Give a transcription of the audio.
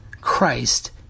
Christ